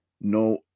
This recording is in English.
no